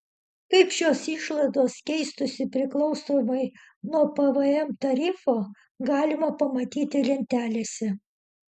kaip šios išlaidos keistųsi priklausomai nuo pvm tarifo galima pamatyti lentelėse